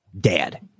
dad